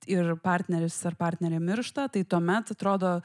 ir partneris ar partnerė miršta tai tuomet atrodo